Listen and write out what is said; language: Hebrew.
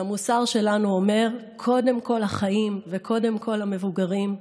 והמוסר שלנו אומר: קודם כול החיים וקודם כול המבוגרים.